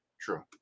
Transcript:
true